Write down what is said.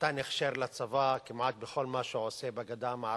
מתן הכשר לצבא כמעט בכל מה שהוא עושה בגדה המערבית.